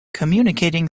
communicating